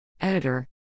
Editor